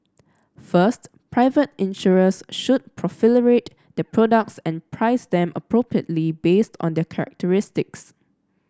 first private insurers should proliferate their products and price them appropriately based on their characteristics